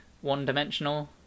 one-dimensional